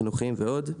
חינוכיים ועוד.